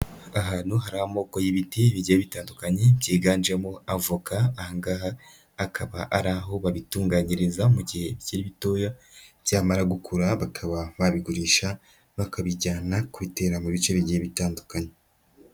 Ahantu hari amoko y'ibiti bigiye bitandukanye byiganjemo avoka, aha ngaha akaba ari aho babitunganyiriza mu gihe bikiri bitoya, byamara gukura bakaba babigurisha bakabijyana kubitera mu bice bigiye bitandukanye.